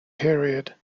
period